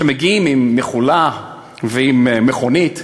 שמגיעים עם מכולה ועם מכונית,